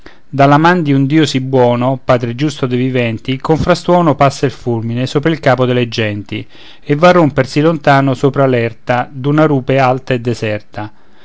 man di un dio sì buono padre giusto dei viventi con frastuono passa il fulmine sopra il capo delle genti e va a rompersi lontano sopra l'erta d'una rupe alta e deserta